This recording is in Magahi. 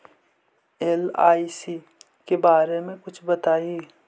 एल.आई.सी के बारे मे कुछ बताई?